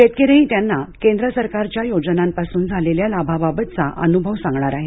शेतकरीही त्यांना केंद्र सरकारच्या योजनांपासून झालेल्या लाभाबाबतचा अनुभव सांगणार आहेत